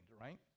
right